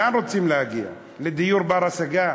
לאן רוצים להגיע, לדיור בר-השגה?